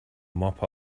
mop